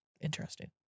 Interesting